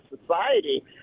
society